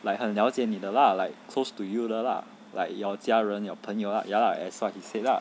like 很了解你的 lah like close to you 的 lah like your 家人 your 朋友 ya lah as what he said lah